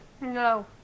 no